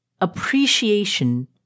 appreciation